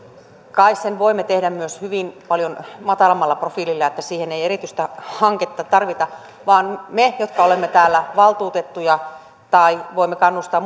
kai sen voimme tehdä myös hyvin paljon matalammalla profiililla niin että siihen ei erityistä hanketta tarvita vaan me jotka olemme täällä valtuutettuja voimme tehdä tai voimme kannustaa